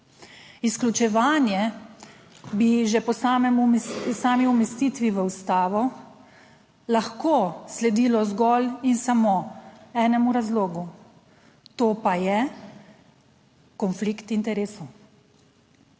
Izključevanje bi že po sami umestitvi v ustavo lahko sledilo zgolj in samo enemu razlogu, to pa je konflikt interesov,